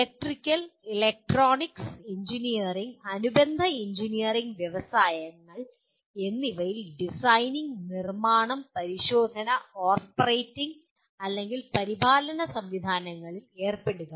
electrical electronic engineering അനുബന്ധ engineering വ്യവസായങ്ങൾ എന്നിവയിൽ ഡിസൈനിംഗ് നിർമ്മാണം പരിശോധന ഓപ്പറേറ്റിംഗ് അല്ലെങ്കിൽ പരിപാലന സംവിധാനങ്ങളിൽ ഏർപ്പെടുക